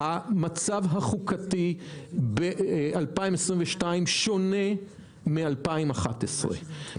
המצב החוקתי ב-2022 שונה מאשר ב-2011.